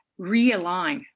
realign